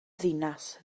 ddinas